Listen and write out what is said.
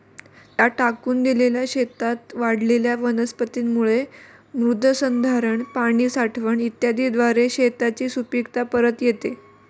त्या टाकून दिलेल्या शेतात वाढलेल्या वनस्पतींमुळे मृदसंधारण, पाणी साठवण इत्यादीद्वारे शेताची सुपीकता परत येते